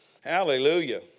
Hallelujah